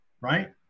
Right